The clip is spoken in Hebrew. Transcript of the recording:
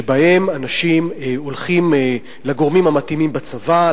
שבהם אנשים הולכים לגורמים המתאימים בצבא,